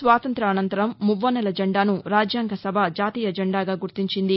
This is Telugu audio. స్వాతంత్యానంతరం ముప్వన్నెల జెండాను రాజ్యాంగ సభ దానిని జాతీయ జెండాగా గుర్తించింది